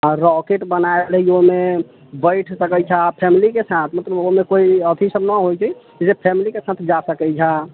rocket बना लै ओहिमे बैठ सकै छऽ फैमिली के साथ मतलब ओहिमे कोइ अथि सभ न होइ के जे फैमिली के साथ जा सकै छऽ